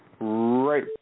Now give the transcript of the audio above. right